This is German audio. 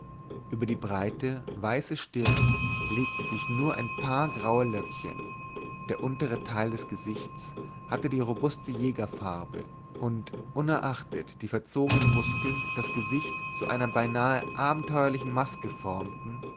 über die breite weiße stirn legten sich nur ein paar graue löckchen der untere teil des gesichts hatte die robuste jägerfarbe und unerachtet die verzogenen muskeln das gesicht zu einer beinahe abenteuerlichen maske formten